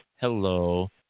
hello